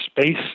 space